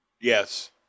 Yes